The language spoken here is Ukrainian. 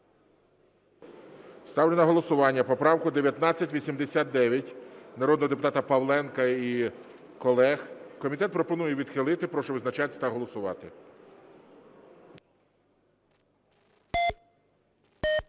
Ставлю на голосування поправку 1989 народного депутата Павленка і колег. Комітет пропонує відхилити. Прошу визначатися та голосувати.